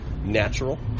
natural